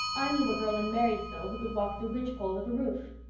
i knew a girl in marysville who could walk the ridgepole of a roof.